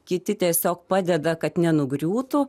kiti tiesiog padeda kad nenugriūtų